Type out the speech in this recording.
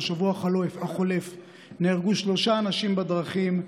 בשבוע החולף נהרגו שלושה אנשים בדרכים.